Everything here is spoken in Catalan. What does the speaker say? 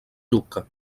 lucca